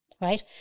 Right